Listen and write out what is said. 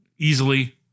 Easily